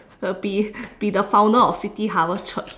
uh be be the founder of city harvest church